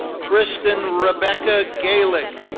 kristin rebecca galick,